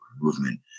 movement